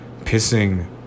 pissing